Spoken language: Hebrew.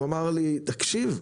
הוא אמר לי: "תקשיב,